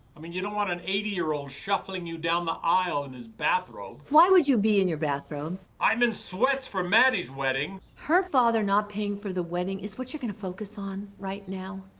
i mean, you don't want an eighty year old shuffling you down the aisle in his bathrobe. why would you be in your bathrobe? i'm in sweats for matty's wedding. her father not paying for the wedding is what you're going to focus on, right now?